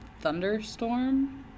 thunderstorm